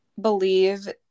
believe